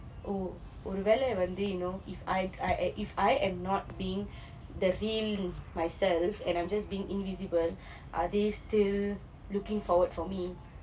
oh ஒரு வேளை வந்து:oru velai vanthu you know if I I if I am not being the real myself and I'm just being invisible are they still looking forward for me